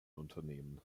unternehmen